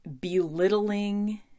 belittling